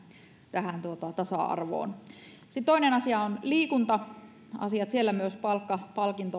tähän tasa arvoon sitten toinen asia ovat liikunta asiat myös siellä palkka